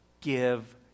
give